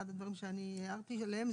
אחד הדברים שאני הערתי עליהם,